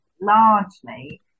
largely